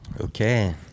Okay